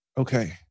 Okay